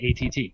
ATT